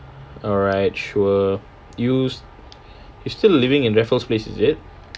alright sure you you still living in raffles place is it